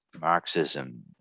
Marxism